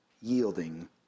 yielding